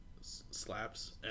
slaps